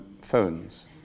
phones